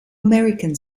american